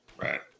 Right